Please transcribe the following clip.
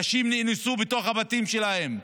נשים נאנסו בתוך הבתים שלהן,